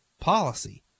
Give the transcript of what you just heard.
policy